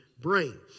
brain